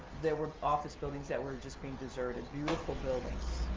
there were office buildings that were just being deserted. beautiful buildings.